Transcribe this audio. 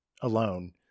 alone